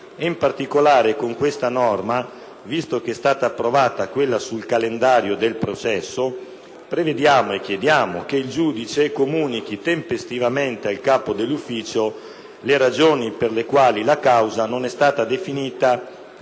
In particolare con questa norma, visto che estata approvata quella sul calendario del processo, prevediamo che il giudice comunichi tempestivamente al capo dell’ufficio le ragioni per le quali la causa non e stata definita nei termini